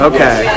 Okay